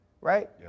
right